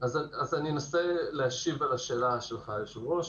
היושב-ראש, אנסה להשיב על השאלה שלך.